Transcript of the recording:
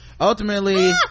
ultimately